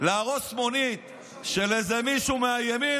להרוס מונית של איזה מישהו מהימין,